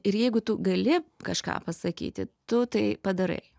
ir jeigu tu gali kažką pasakyti tu tai padarai